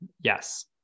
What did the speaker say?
Yes